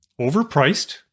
overpriced